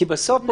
כי בסוף,